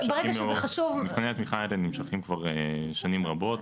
לא, מבחני התמיכה האלה נמשכים כבר שנים רבות,